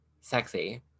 sexy